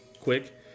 quick